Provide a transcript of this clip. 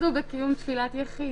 הסוד הוא בקיום תפילת יחיד.